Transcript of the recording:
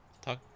Talk